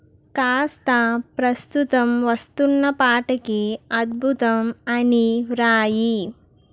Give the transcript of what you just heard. కాస్త ప్రస్తుతం వస్తున్న పాటకి అద్భుతం అని వ్రాయి